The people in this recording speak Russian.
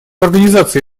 организации